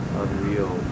unreal